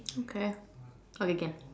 okay okay can